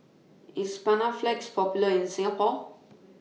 IS Panaflex Popular in Singapore